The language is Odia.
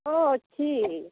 ହଁ ଅଛି